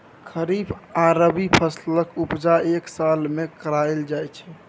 खरीफ आ रबी फसलक उपजा एक साल मे कराएल जाइ छै